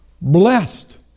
Blessed